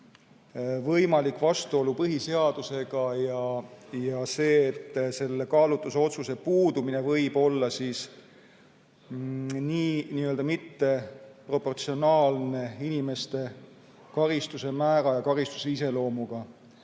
võimalik vastuolu põhiseadusega ja see, et selle kaalutlusotsuse puudumine võib olla n-ö mitteproportsionaalne inimeste karistuse määra ja karistuse iseloomuga.